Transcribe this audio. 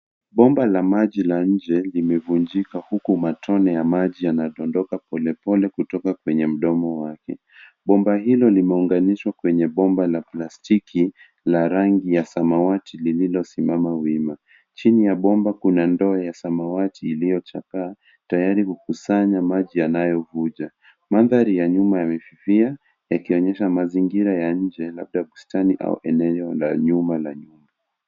Bomba la maji la inje limevunjika huku matone ya maji yanadondoka pole pole kutoka kwenye mdomo wake. Bomba hilo limeunganishwa kwenye bomba la plastiki la rangi ya samawati lililo simama wima. Chini ya bomba kuna ndoo ya samawati iliyo chakaa tayari kukusanya maji yanayo vuja. Mandhari ya nyuma yamefifia yakionyesha mazingira ya inje labda bustani au eneo la nyuma ya nyumba.